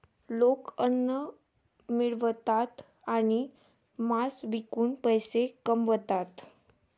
लोक अन्न मिळवतात आणि मांस विकून पैसे कमवतात